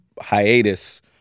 hiatus